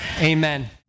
amen